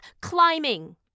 climbing